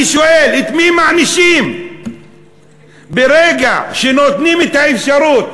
אני שואל: את מי מענישים ברגע שנותנים את האפשרות